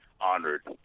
honored